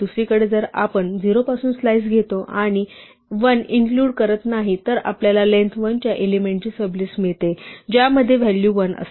दुसरीकडे जर आपण 0 पासून स्लाइस घेतो आणि 1 इन्क्लुड करत नाही तर आपल्याला लेंग्थ 1 च्या एलिमेंट ची सबलिस्ट मिळते ज्यामध्ये व्हॅल्यू 1 असते